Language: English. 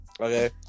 Okay